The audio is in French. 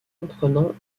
comprenant